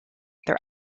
their